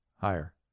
Higher